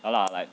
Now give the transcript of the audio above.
ya lah like